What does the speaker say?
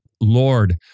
Lord